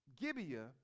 Gibeah